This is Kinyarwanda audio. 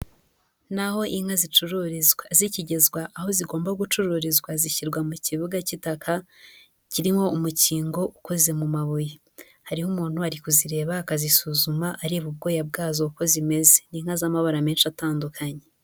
Ni aho inka zicururizwa. Zikigezwa aho zigomba gucururizwa, zishyirwa mu kibuga cy'itaka, kiriho umukingo ukoze mu mabuye, hariho umuntu ari kuzireba akazisuzuma areba ubwoya bwazo, uko zimeze. Ni inka z'amabara menshi atandukanye.